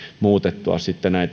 muutettua